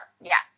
yes